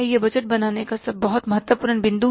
यह बजट बनाने का एक बहुत महत्वपूर्ण बिंदु है